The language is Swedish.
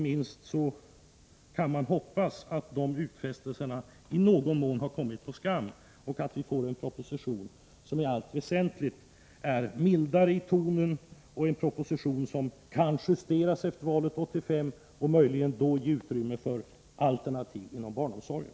Man får hoppas att utfästelserna i någon mån kommit på skam och att vi får en proposition som i allt väsentligt är mildare i tonen och som kan justeras efter valet 1985, så att den då kan ge utrymme för alternativ inom barnomsorgen.